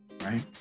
right